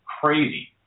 crazy